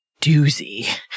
doozy